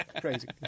crazy